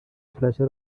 pleasure